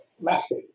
massive